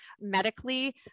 Medically